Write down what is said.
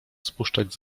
spuszczać